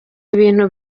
ibintu